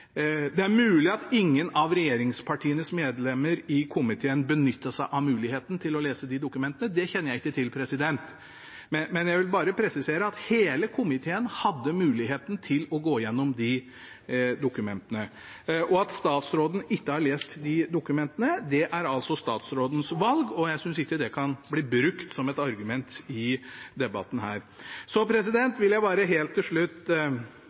Det er mulig at ingen av regjeringspartienes medlemmer i komiteen benyttet seg av muligheten til å lese de dokumentene. Det kjenner jeg ikke til. Men jeg vil bare presisere at hele komiteen hadde muligheten til å gå gjennom de dokumentene. At statsråden ikke har lest de dokumentene, er altså statsrådens valg, og jeg synes ikke det kan bli brukt som et argument i debatten her. Helt til slutt: